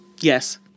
Yes